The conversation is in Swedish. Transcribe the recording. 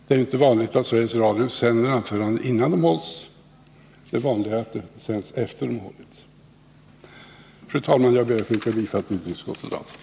Det är inte vanligt att Sveriges Radio sänder anföranden innan de har hållits i riksdagen. Det är vanligare att de sänds efter att de har hållits här. Fru talman! Jag ber att få yrka bifall till utrikesutskottets hemställan.